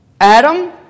Adam